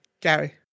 Gary